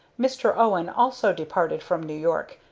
mr. owen also departed from new york,